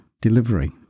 delivery